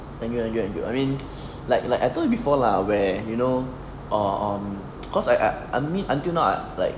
thank you thank you thank you I mean like like I told you before lah where you know err um cause I I I mean until now I like